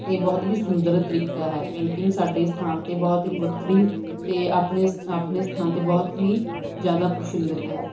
ਅਤੇ ਬਹੁਤ ਹੀ ਸੁੰਦਰ ਤਰੀਕਾ ਹੈ ਪੇਂਟਿੰਗ ਸਾਡੇ ਸਥਾਨ 'ਤੇ ਬਹੁਤ ਹੀ ਵੱਖਰੀ ਅਤੇ ਆਪਣੇ ਸ ਆਪਣੇ ਸਥਾਨ 'ਤੇ ਬਹੁਤ ਹੀ ਜ਼ਿਆਦਾ ਪ੍ਰਫੁਲਿਤ ਹੈ